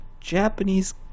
Japanese